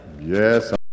Yes